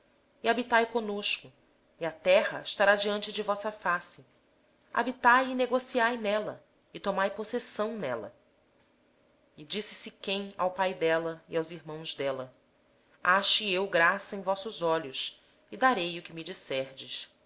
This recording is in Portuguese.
assim habitareis conosco a terra estará diante de vós habitai e negociai nela e nela adquiri propriedades depois disse siquém ao pai e aos irmãos dela ache eu graça aos vossos olhos e darei o que me disserdes